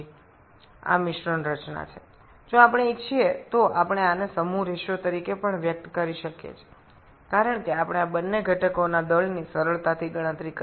আমরা চাইলে আমরা এটিকে একটি ভর অনুপাত হিসাবে প্রকাশ করতে পারি কারণ আমরা সহজেই এই দুটি উপাদান এর ভর গণনা করতে পারি